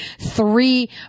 three